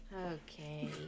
Okay